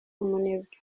umunebwe